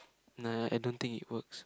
nah I don't think it works